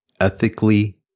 ethically